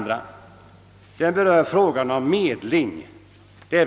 Den berör frågan om medling.